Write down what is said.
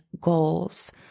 goals